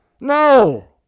No